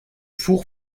four